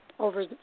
over